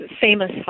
famous